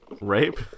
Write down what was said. Rape